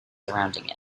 surrounding